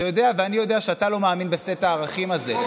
אתה יודע ואני יודע שאתה לא מאמין בסט הערכים הזה.